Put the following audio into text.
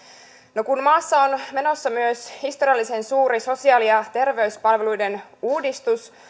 no kun maassa on menossa myös historiallisen suuri sosiaali ja terveyspalveluiden uudistus